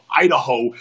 Idaho